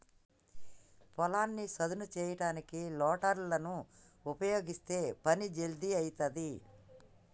పొలాన్ని సదును చేయడానికి లోడర్ లను ఉపయీగిస్తే పని జల్దీ అయితది